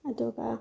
ꯑꯗꯨꯒ